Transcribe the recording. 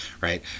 right